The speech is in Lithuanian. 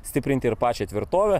stiprinti ir pačią tvirtovę